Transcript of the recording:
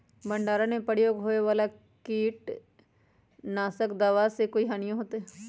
भंडारण में प्रयोग होए वाला किट नाशक दवा से कोई हानियों होतै?